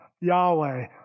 Yahweh